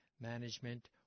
management